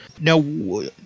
Now